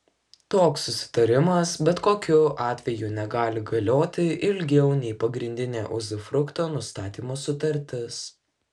toks susitarimas bet kokiu atveju negali galioti ilgiau nei pagrindinė uzufrukto nustatymo sutartis